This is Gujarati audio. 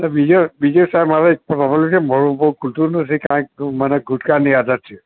બીજું બીજું સાહેબ મારે એક પ્રોબલેમ છે મોઢું બહુ ખૂલતું નથી કારણ કે મને ગુટકાની આદત છે